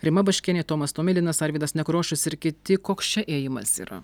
rima baškienė tomas tomilinas arvydas nekrošius ir kiti koks čia ėjimas yra